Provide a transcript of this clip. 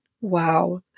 Wow